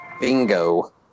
Bingo